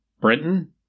Britain